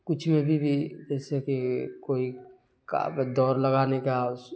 کچھ ابھی بھی جیسے کہ کوئی کا دوڑ لگانے کا اس